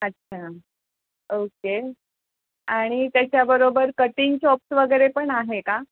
अच्छा ओके आणि त्याच्याबरोबर कटिंग चॉप्स वगैरे पण आहे का